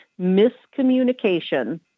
miscommunication